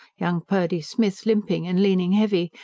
young purdy smith limping and leaning heavy,